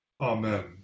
Amen